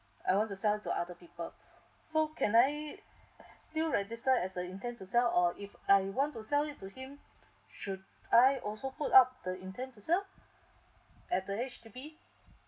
I want to sell it to other people so can I still register as an intent to sell or if I want to sell it to him should I also put up the intent to sell at the H_D_B